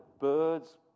birds